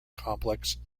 complex